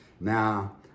Now